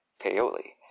Paoli